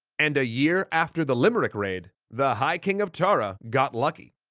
and a year after the limerick raid, the high king of tara got lucky.